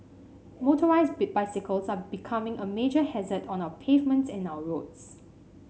motorised bicycles are becoming a major hazard on our pavements and our roads